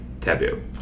taboo